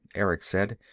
erick said.